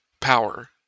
power